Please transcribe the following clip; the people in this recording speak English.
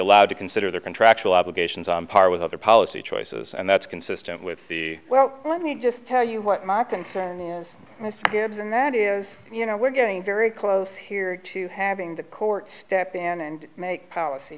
allowed to consider their contractual obligations on par with other policy choices and that's consistent with the well let me just tell you what mark and mr gibbs and that is you know we're getting very close here to having the court step in and make policy